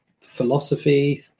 philosophy